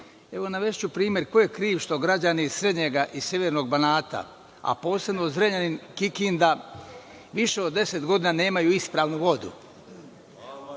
navešću primer, ko je kriv što građani srednjega i severnog Banata, a posebno Zrenjanin, Kikinda, više od deset godina nemaju ispravnu vodu,